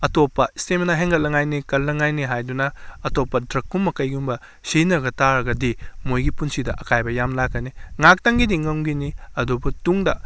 ꯑꯇꯣꯞꯄ ꯏꯁꯇꯦꯃꯤꯅꯥ ꯍꯦꯟꯒꯠꯂꯛꯅꯤꯉꯥꯏꯅꯤ ꯀꯜꯂꯛꯅꯉꯥꯏꯅꯤ ꯍꯥꯏꯗꯨꯅ ꯑꯇꯣꯞꯄ ꯗ꯭ꯔꯒꯀꯨꯝꯕ ꯀꯩꯒꯨꯝꯕ ꯁꯤꯖꯤꯟꯅꯕ ꯇꯥꯔꯒꯗꯤ ꯃꯣꯏꯒꯤ ꯄꯨꯟꯁꯤꯗ ꯑꯀꯥꯏꯕ ꯌꯥꯝ ꯂꯥꯛꯀꯅꯤ ꯉꯥꯛꯇꯪꯒꯤꯗꯤ ꯉꯝꯈꯤꯅꯤ ꯑꯗꯨꯕꯨ ꯇꯨꯡꯗ